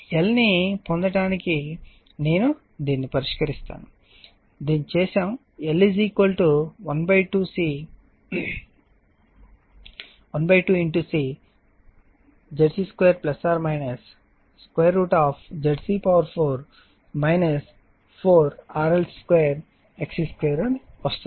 L ని పొందడానికి నేను దీనిని పరిష్కరిస్తాను నేను దీనిని చేసాను L 1 2 C ZC 2 √ ZC 4 4 RL 2 XC 2